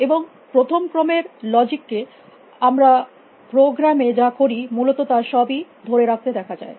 এবং প্রথম ক্রমের লজিক কে আমরা প্রোগ্রামে যা করি মূলত তা সবই ধরে রাখতে দেখা যায়